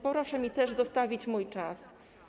Proszę mi też zostawić mój czas.